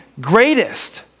greatest